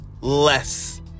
less